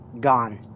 gone